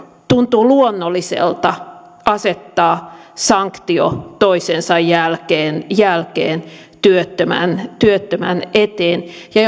tuntuu luonnolliselta asettaa sanktio toisensa jälkeen jälkeen työttömän työttömän eteen ja